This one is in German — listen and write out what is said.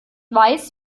weiß